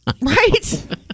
Right